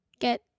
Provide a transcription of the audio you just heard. get